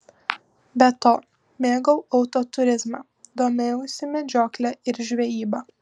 be to mėgau autoturizmą domėjausi medžiokle ir žvejyba